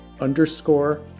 underscore